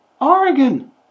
Oregon